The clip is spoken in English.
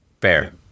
Fair